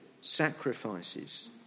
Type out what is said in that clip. sacrifices